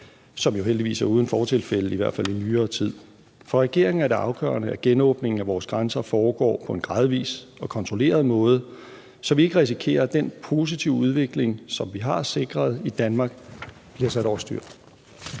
som jo heldigvis, i hvert fald i nyere tid, er uden fortilfælde. For regeringen er det afgørende, at genåbningen af vores grænser foregår på en gradvis og kontrolleret måde, så vi ikke risikerer, at den positive udvikling, som vi har sikret i Danmark, bliver sat over styr.